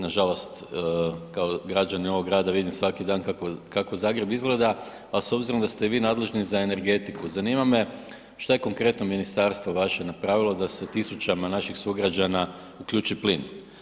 Nažalost kao građanin ovog grada vidim svaki dan kako, kako Zagreb izgleda, pa s obzirom da ste vi nadležni za energetiku, zanima me šta je konkretno ministarstvo vaše napravilo da se tisućama naših sugrađana uključi plin?